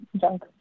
junk